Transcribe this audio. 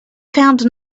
found